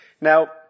Now